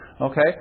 okay